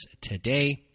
today